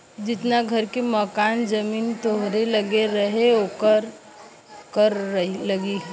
जितना घर मकान जमीन तोहरे लग्गे रही ओकर कर लगी